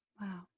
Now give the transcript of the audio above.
Wow